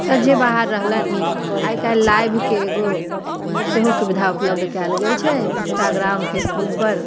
तऽ जे बाहर रहलनि तऽ आइ काल्हि लाइवके एगो सेहो सुविधा उपलब्ध कयल गेल छै इन्स्टाग्राम फेसबुकपर